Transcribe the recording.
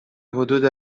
حدود